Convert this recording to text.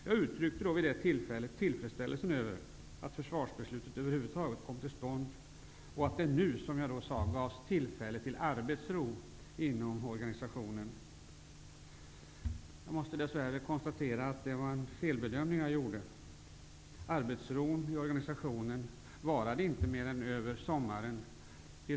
Jag uttryckte vid det tillfället tillfredsställelse över att försvarsbeslutet kom till stånd och att det, som jag då sade, nu skulle ges tillfälle till arbetsro inom organisationen. Jag måste dess värre konstatera att jag gjorde en felbedömning. Arbetsron i organisationen varade inte mer än över sommaren.